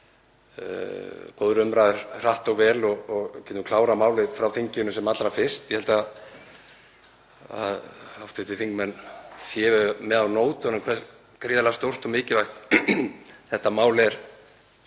góðri umræðu hratt og vel og getum klárað málið frá þinginu sem allra fyrst. Ég held að hv. þingmenn séu með á nótunum í því hversu gríðarlega stórt og mikilvægt þetta mál er,